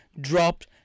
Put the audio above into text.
dropped